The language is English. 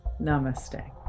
Namaste